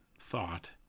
thought